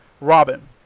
Robin